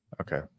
Okay